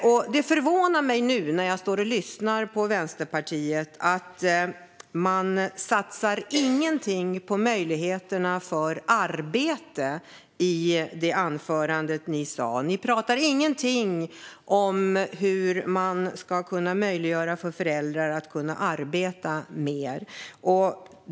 När jag lyssnar på Vänsterpartiet hör jag till min förvåning inget om några satsningar på möjligheterna till arbete. Ni talar inget om hur man ska möjliggöra för föräldrar att arbeta mer.